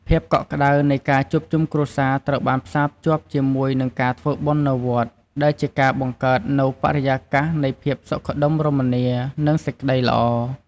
ភាពកក់ក្តៅនៃការជួបជុំគ្រួសារត្រូវបានផ្សារភ្ជាប់ជាមួយនឹងការធ្វើបុណ្យនៅវត្ត ដែលជាការបង្កើតនូវបរិយាកាសនៃភាពសុខដុមរមនា និងសេចក្តីល្អ។